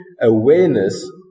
awareness